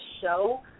show